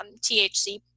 THC